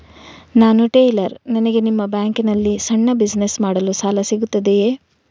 ನಾನು ಟೈಲರ್, ನನಗೆ ನಿಮ್ಮ ಬ್ಯಾಂಕ್ ನಲ್ಲಿ ಸಣ್ಣ ಬಿಸಿನೆಸ್ ಮಾಡಲು ಸಾಲ ಸಿಗುತ್ತದೆಯೇ?